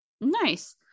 Nice